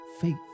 Faith